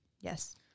Yes